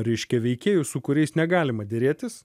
reiškia veikėjų su kuriais negalima derėtis